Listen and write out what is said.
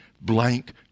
blank